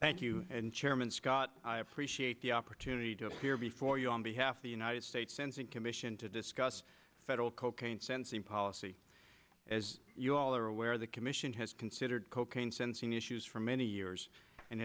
thank you and chairman scott i appreciate the opportunity to appear before you on behalf of the united states sends and commission to discuss federal cocaine sentencing policy as you all are aware the commission has considered cocaine sentencing issues for many years and